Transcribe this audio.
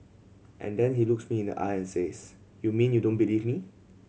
and then he looks me in the eye and says you mean you don't believe me